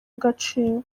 agaciro